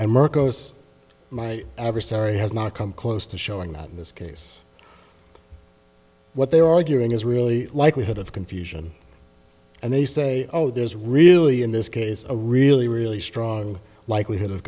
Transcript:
and marco's my adversary has not come close to showing that in this case what they're arguing is really likelihood of confusion and they say oh there's really in this case a really really strong likelihood of